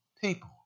people